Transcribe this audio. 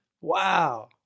wow